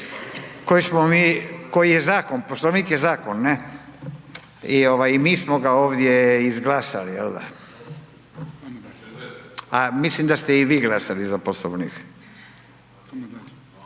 koji je zakon, Poslovnik je zakon i mi smo ga ovdje izglasali jel da. A mislim da ste i vi glasali za Poslovnik.